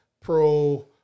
pro